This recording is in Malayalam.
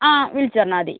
ആ വിളിച്ച് പറഞ്ഞാൽ മതി